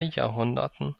jahrhunderten